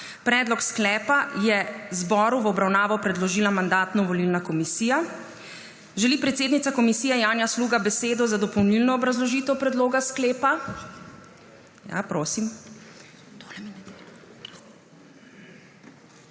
Predlog sklepa je Državnemu zboru v obravnavo predložila Mandatno-volilna komisija. Želi predsednica komisije Janja Sluga besedo za dopolnilno obrazložitev predloga sklepa? Ja. Prosim.